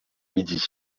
midi